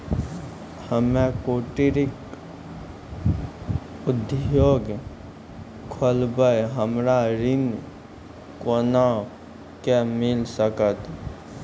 हम्मे कुटीर उद्योग खोलबै हमरा ऋण कोना के मिल सकत?